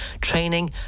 training